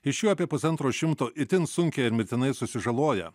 iš jų apie pusantro šimto itin sunkią ir mirtinai susižaloja